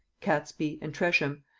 catesby, and tresham,